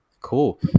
cool